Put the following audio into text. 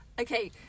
Okay